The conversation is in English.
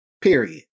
Period